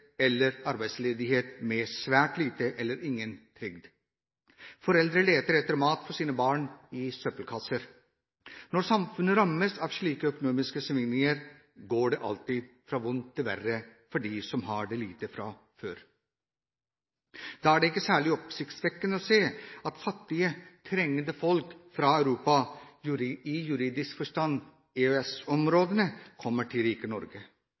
eller arbeidsledighet med svært liten eller ingen trygd. Foreldre leter etter mat til sine barn i søppelkasser. Når samfunnet rammes av slike økonomiske svingninger, går det alltid fra vondt til verre for dem som har lite fra før. Da er det ikke særlig oppsiktsvekkende å se at fattige, trengende folk fra Europa, i juridisk forstand EØS-områdene, kommer til rike Norge.